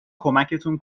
کمکتون